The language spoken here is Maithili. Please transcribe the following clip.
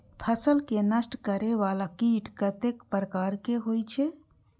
फसल के नष्ट करें वाला कीट कतेक प्रकार के होई छै?